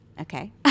Okay